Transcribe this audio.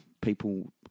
people